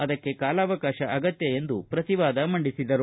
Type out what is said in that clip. ಅದಕ್ಕೆ ಕಾಲಾವಕಾಶ ಅಗತ್ಯ ಎಂದು ಪ್ರತಿವಾದ ಮಂಡಿಸಿದರು